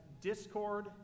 discord